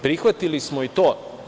Prihvatili smo i to.